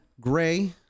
Gray